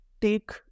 take